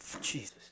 Jesus